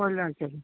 ꯍꯣꯏ ꯂꯥꯛꯆꯒꯦ